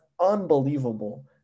unbelievable